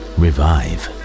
revive